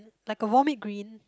like a vomit green